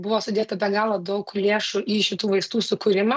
buvo sudėta be galo daug lėšų į šitų vaistų sukūrimą